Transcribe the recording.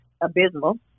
abysmal